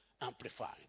Amplified